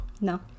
No